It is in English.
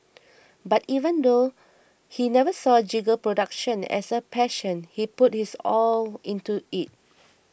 but even though he never saw jingle production as a passion he put his all into it